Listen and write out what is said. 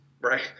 right